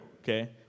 okay